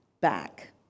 back